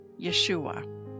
Yeshua